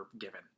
given